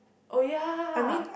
oh ya